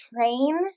train